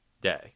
day